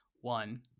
One